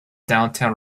downtown